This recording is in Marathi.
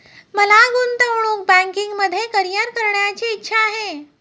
मला गुंतवणूक बँकिंगमध्ये करीअर करण्याची इच्छा आहे